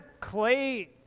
clay